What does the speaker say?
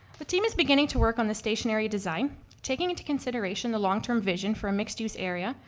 the team is beginning to work on the stationary design taking into consideration the long term vision for a mixed use area,